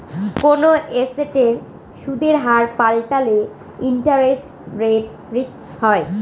কোনো এসেটের সুদের হার পাল্টালে ইন্টারেস্ট রেট রিস্ক হয়